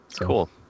Cool